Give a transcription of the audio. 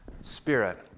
spirit